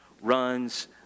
runs